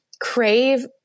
crave